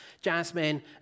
Jasmine